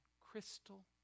crystal